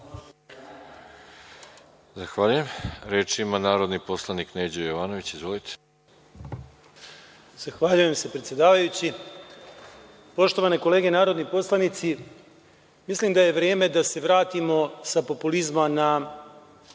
Zahvaljujem. Reč ima narodni poslanik Neđo Jovanović. Izvolite. **Neđo Jovanović** Zahvaljujem se predsedavajući. Poštovane kolege narodni poslanici, mislim da je vreme da se vratimo sa populizma na